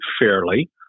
fairly